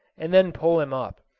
and then pull him up.